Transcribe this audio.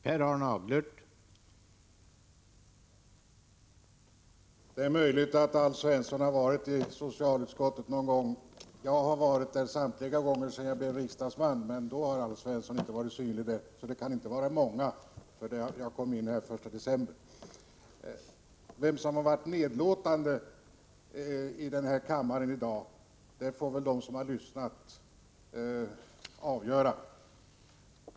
Herr talman! Det är möjligt att Alf Svensson har deltagit i socialutskottets sammanträden någon gång. Jag har gjort det vid samtliga tillfällen sedan jag blev riksdagsman, men då har Alf Svensson inte varit synlig. Jag har varit med sedan den 1 december, så det kan inte vara många sammanträden Alf Svensson deltagit i. Frågan om vem som har varit nedlåtande i kammaren i dag får väl de som lyssnat avgöra.